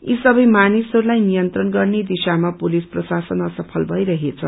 यी सवै मामिलाहरूलाई नियन्त्रण गर्ने दिशामा पुलिस प्रशासन असफल मैरहेछ